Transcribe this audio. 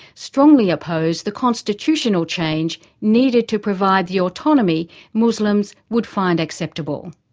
strongly oppose the constitutional change needed to provide the autonomy muslims would find acceptable.